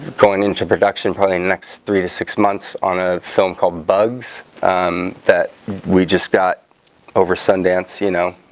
going into production probably next three to six months on a film called bugs that we just got over sundance. you know